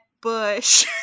Bush